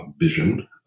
vision